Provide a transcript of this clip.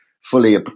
fully